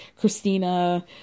Christina